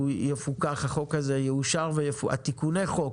תיקוני החוק